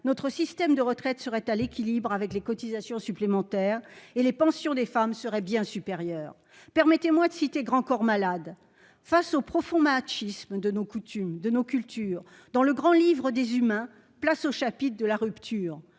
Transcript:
notre système de retraite serait à l'équilibre avec les cotisations supplémentaires, et les pensions des femmes seraient bien supérieures. Permettez-moi de citer Grand Corps Malade :« Face au profond machisme de nos coutumes, de nos cultures, dans le grand livre des humains, place au chapitre de la rupture